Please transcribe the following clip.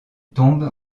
tombe